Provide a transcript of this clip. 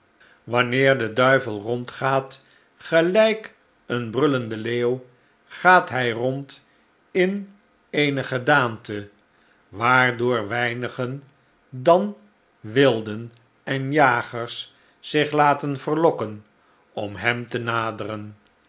wanneer de duivel rondgaat gelijk een brullende leeuw gaat hij rond in eene gedaante waardoor weinigen dan wilden en jagers zich laten verlokken om hem te naderen